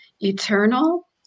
eternal